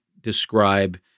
describe